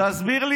תסביר לי,